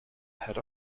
had